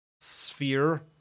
sphere